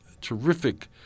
terrific